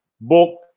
book